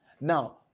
Now